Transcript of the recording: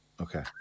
Okay